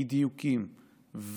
אי-דיוקים,